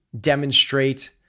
demonstrate